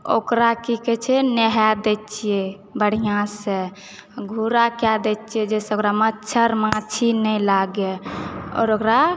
ओकरा की कहै छै नेहाय दै छियै बढ़ियासँ घूड़ाकए दैत छियै जइसँ ओकरा मच्छर माछी नइँ लागए आओर ओकरा